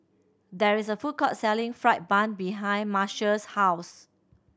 there is a food court selling fried bun behind Marshall's house